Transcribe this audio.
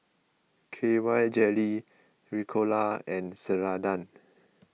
K Y Jelly Ricola and Ceradan